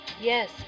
Yes